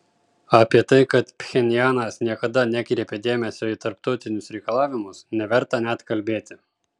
apie tai kad pchenjanas niekada nekreipė dėmesio į tarptautinius reikalavimus neverta net kalbėti